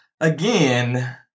again